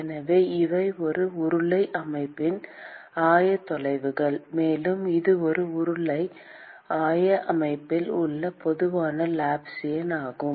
எனவே இவை ஒரு உருளை அமைப்பின் 3 ஆயத்தொலைவுகள் மேலும் இது உருளை ஆய அமைப்பில் உள்ள பொதுவான லாப்லாசியன் ஆகும்